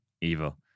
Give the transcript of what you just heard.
evil